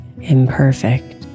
imperfect